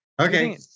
Okay